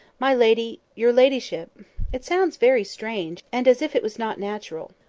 my lady' your ladyship it sounds very strange, and as if it was not natural.